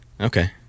Okay